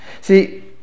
See